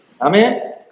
Amen